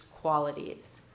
qualities